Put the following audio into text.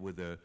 with the